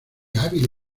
hábil